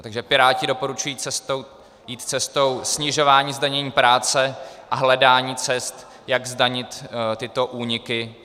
Takže Piráti doporučují jít cestou snižování zdanění práce a hledání cest, jak zdanit tyto úniky.